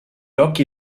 occhi